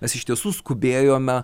mes iš tiesų skubėjome